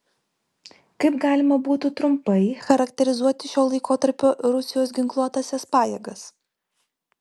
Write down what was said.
kaip galima būtų trumpai charakterizuoti šio laikotarpio rusijos ginkluotąsias pajėgas